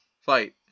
fight